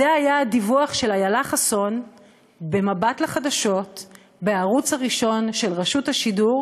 זה היה הדיווח של איילה חסון במבט לחדשות בערוץ הראשון של רשות השידור,